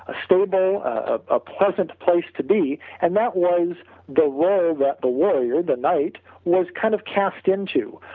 ah stable, a pleasant place to be and that was the world, that the warrior, the knight was kind of cast into,